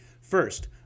First